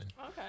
Okay